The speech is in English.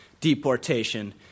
deportation